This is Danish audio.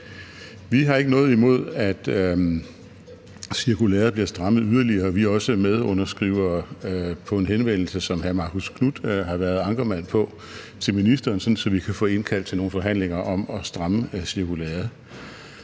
Vi har ikke noget imod, at cirkulæret bliver strammet yderligere. Vi er også medunderskrivere på en henvendelse, som hr. Marcus Knuth har været ankermand på, til ministeren, så vi kan få indkaldt til nogle forhandlinger om at stramme cirkulæret.